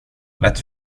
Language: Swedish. lätt